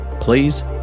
please